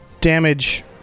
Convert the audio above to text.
damage